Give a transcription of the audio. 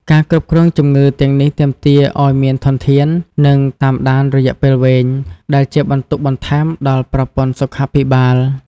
ការគ្រប់គ្រងជំងឺទាំងនេះទាមទារអោយមានធនធាន និងការតាមដានរយៈពេលវែង ដែលជាបន្ទុកបន្ថែមដល់ប្រព័ន្ធសុខាភិបាល។